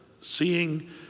seeing